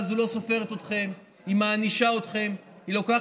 אבל בוא נגיד 20. מעל 20. מעל 20. בוא נגיד 20,